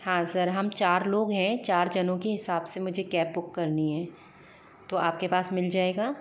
हाँ सर हम चार लोग हैं चार जनों के हिसाब से मुझे कैब बुक करनी है तो आपके पास मिल जाएगा